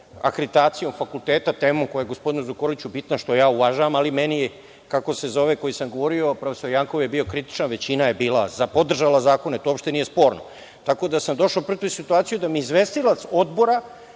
akreditacijom fakulteta, temom koja je gospodinu Zukorliću bitna, što ja uvažavam, ali meni koji sam govorio, a profesor Jankov je bio kritičan, većina je bila za, podržala je zakone, to uopšte nije sporno. Tako da sam došao u situaciju da mi izvestilac Odbora,